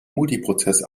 multiprozess